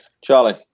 Charlie